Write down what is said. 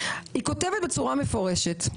היא כותבת בצורה מפורשת,